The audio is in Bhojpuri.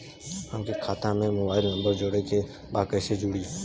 हमारे खाता मे मोबाइल नम्बर जोड़े के बा कैसे जुड़ी?